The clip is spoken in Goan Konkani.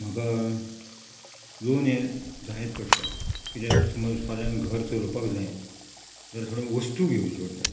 म्हाका लोन हें जायत पडटा किद्याक समज फाल्यां घर चलोवपाक जाय जाल्यार थोड्यो वस्तू घेवचे पडटा